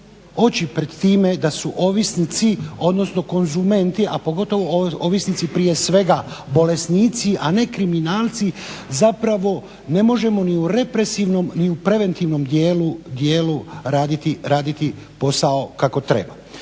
oči pred time da su ovisnici, odnosno konzumenti, a pogotovo ovisnici prije svega bolesnici a ne kriminalci zapravo ne možemo ni u represivnom ni u preventivnom dijelu raditi posao kako treba.